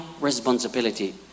responsibility